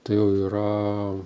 tai jau yra